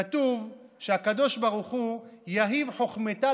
כתוב שהקדוש ברוך הוא "יָהֵב חָכְמְתָא